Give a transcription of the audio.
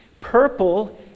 Purple